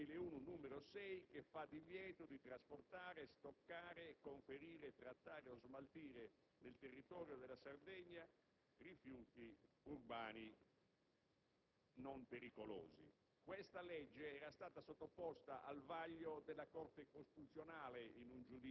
in violazione della legge regionale sarda 24 aprile 2001, n. 6, che fa divieto di trasportare, stoccare, conferire, trattare o smaltire nel territorio della Sardegna rifiuti urbani